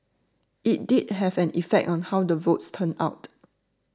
it did have an effect on how the votes turned out